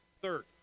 Third